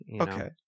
Okay